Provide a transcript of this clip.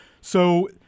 So-